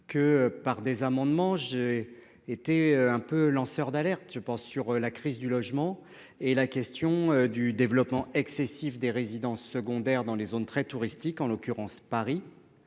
que par des amendements. J'ai été un peu lanceurs d'alerte je pense sur la crise du logement et la question du développement excessif des résidences secondaires dans les zones très touristiques en l'occurrence Paris.